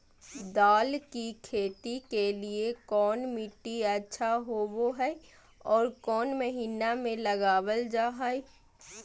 दाल की खेती के लिए कौन मिट्टी अच्छा होबो हाय और कौन महीना में लगाबल जा हाय?